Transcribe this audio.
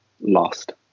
lost